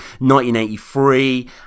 1983